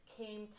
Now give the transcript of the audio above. came